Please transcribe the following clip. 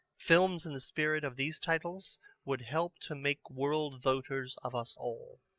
films in the spirit of these titles would help to make world-voters of us all.